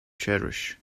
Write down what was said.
cherish